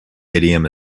idiom